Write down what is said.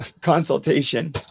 Consultation